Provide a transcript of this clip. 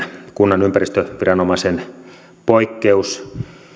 kunnan ympäristöviranomaisen poikkeus